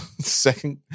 Second